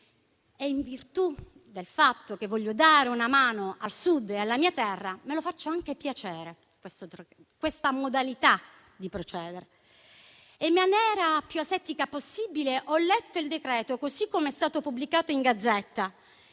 in virtù del fatto che voglio dare una mano al Sud e alla mia terra, mi faccio anche piacere una tale modalità di procedere. In maniera più asettica possibile ho letto il decreto, così come è stato pubblicato in *Gazzetta